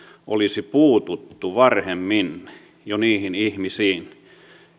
olisi puututtu jo varhemmin niihin ihmisiin